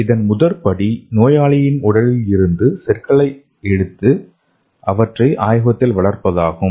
இதன் முதற்படி நோயாளியின் உடலில் இருந்து செல்களை எடுத்து அவற்றை ஆய்வகத்தில் வளர்ப்பதாகும்